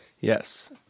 Yes